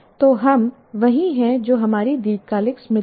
तो हम वही हैं जो हमारी दीर्घकालिक स्मृति है